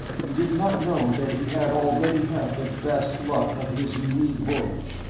he did not know that he had already had the best luck of his unique voyage,